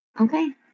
Okay